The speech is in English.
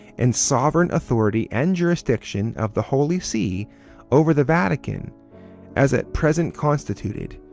and sovereign authority and jurisdiction of the holy see over the vatican as at present constituted,